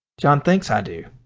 john thinks i do.